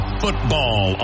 football